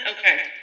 Okay